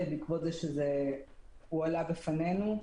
בעקבות כך שזה הועלה בפנינו,